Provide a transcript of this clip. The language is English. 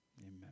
Amen